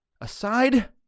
aside